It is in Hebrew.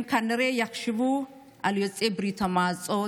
הם כנראה יחשבו על יוצאי ברית המועצות